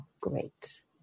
Great